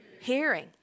Hearing